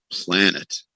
planet